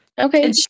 okay